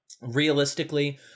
realistically